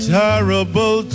terrible